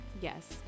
Yes